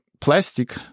plastic